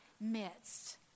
midst